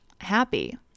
happy